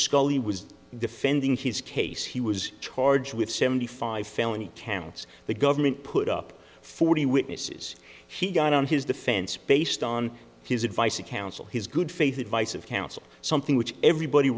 scully was defending his case he was charged with seventy five felony counts the government put up forty witnesses he got on his defense based on his advice of counsel his good faith advice of counsel something which everybody